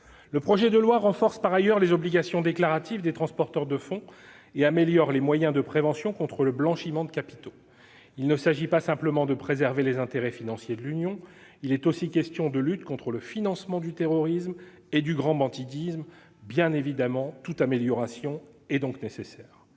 Le projet de loi renforce par ailleurs les obligations déclaratives des transporteurs de fonds et améliore les moyens de prévention contre le blanchiment de capitaux. Il ne s'agit pas simplement de préserver les intérêts financiers de l'Union ; il est aussi question de lutte contre le financement du terrorisme et du grand banditisme. Toute amélioration sur ce sujet est donc nécessaire.